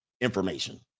information